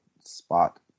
spot